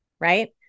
right